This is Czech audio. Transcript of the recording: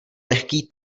lehký